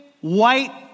white